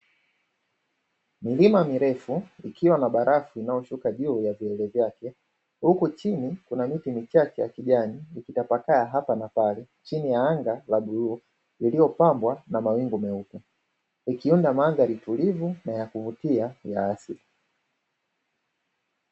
Milima mirefu ikiwa na barafu inayoshuka juu ya vilele vyake, huku chini kuna miti michache ya kijani ikitapakaa hapa na pale chini ya anga la bluu. iliyopambwa na mawingu meupe, ikiunda mandhari tulivu na yakuvutia ya asili.